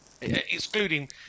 excluding